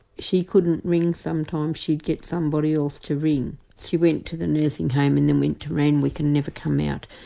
she couldn't ring sometimes, she'd get somebody else to ring. she went to the nursing home and then went to randwick and never came out.